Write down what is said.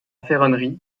ferronnerie